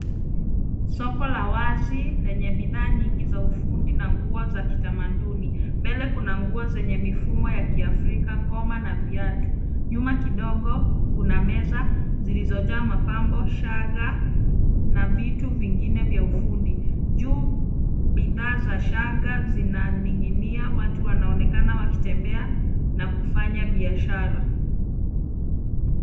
Soko la wazi lenye bidhaa nyingi za ufundi na nguo za kitamaduni. Mbele kuna nguo zenye mifumo ya kiafrika, ngoma na viatu. Nyuma kidogo kuna meza zilziojaa mapambo, shanga na vitu vingine vya ufundi. Juu bidhaa za shanga zinaning'inia. Watu wanaonekana wakitembea na kufanya biashara.